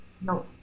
No